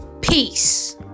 peace